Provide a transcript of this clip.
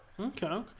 Okay